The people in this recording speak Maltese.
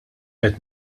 qed